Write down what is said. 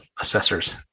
assessors